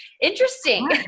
interesting